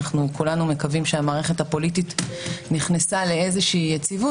כולנו מקווים שהמערכת הפוליטית נכנסה לאיזושהי יציבות,